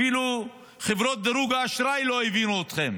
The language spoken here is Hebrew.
אפילו בחברות דירוג האשראי לא הבינו אתכם